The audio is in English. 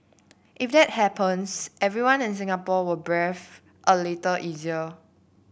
if that happens everyone in Singapore will breathe a little easier